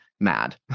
mad